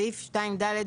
בסעיף (2)(ד)